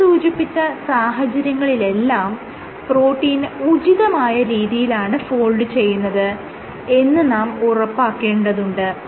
മേൽ സൂചിപ്പിച്ച സാഹചര്യങ്ങളിലെല്ലാം പ്രോട്ടീൻ ഉചിതമായ രീതിയിലാണ് ഫോൾഡ് ചെയ്യുന്നത് എന്ന് നാം ഉറപ്പാക്കേണ്ടതുണ്ട്